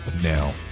now